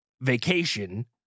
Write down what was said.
vacation